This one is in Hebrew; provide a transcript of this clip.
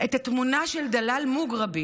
את התמונה של דלאל מוגרבי,